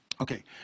Okay